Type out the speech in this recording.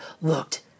looked